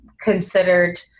considered